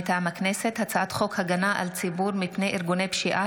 מטעם הכנסת: הצעת חוק הגנה על הציבור מפני ארגוני פשיעה,